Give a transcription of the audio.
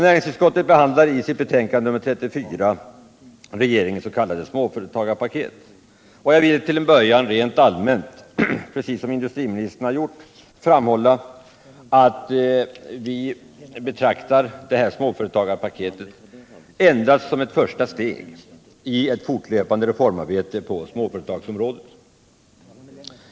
Näringsutskottet behandlar i sitt betänkande nr 34 regeringens s.k. småföretagarpaket. Jag vill till en början rent allmänt, precis som industriministern har gjort, framhålla att vi betraktar detta småföretagarpaket endast som ett första steg i ett fortlöpande reformarbete på småföretagsområdet.